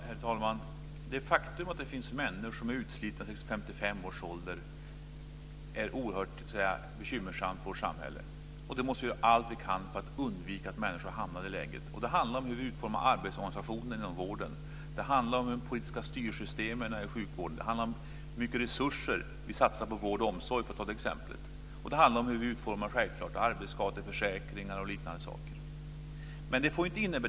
Herr talman! Det faktum att det finns människor som är utslitna vid 55 års ålder är oerhört bekymmersamt för vårt samhälle. Vi måste göra allt vi kan för att undvika att människor hamnar i det läget. Det handlar om hur vi utformar arbetsorganisationen inom vården, om de politiska styrsystemen i sjukvården och om hur mycket resurser vi satsar på vård och omsorg - för att ta det exemplet. Självklart handlar det också om hur vi utformar arbetsskadeförsäkringar och liknande saker.